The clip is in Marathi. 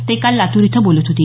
ते काल लातूर इथं बोलत होते